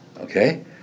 okay